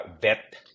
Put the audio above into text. vet